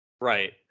Right